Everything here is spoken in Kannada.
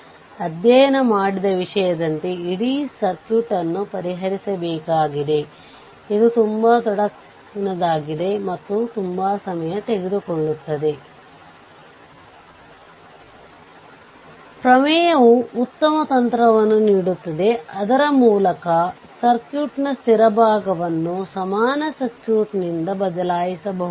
ನೀವು ಮಾಡಿದ ಸಂಖ್ಯಾತ್ಮಕ ಮೌಲ್ಯಗಳು ಮತ್ತು RThevenin ಪಡೆಯಲು ಈ ಸರ್ಕ್ಯೂಟ್ ಅನ್ನು ಪರಿಹರಿಸಿದ್ದೀರಿ ಇದರರ್ಥ ಅವಲಂಬಿತ ಮೂಲವು ಬಂದಾಗಲೆಲ್ಲಾ ಸಂಖ್ಯಾತ್ಮಕತೆಗಳು ಸ್ವಲ್ಪ ಸಂಕೀರ್ಣವಾಗುತ್ತವೆ ಆದರೆ ಅದನ್ನು ಮಾಡಲು ಸುಲಭವಾದ ಮಾರ್ಗವಿದೆ